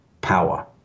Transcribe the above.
power